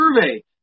survey